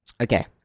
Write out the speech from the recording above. Okay